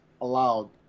allowed